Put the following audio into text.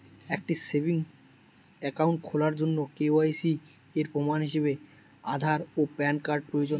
একটি savings account খোলার জন্য কে.ওয়াই.সি এর প্রমাণ হিসাবে আধার ও প্যান কার্ড প্রয়োজন